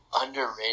underrated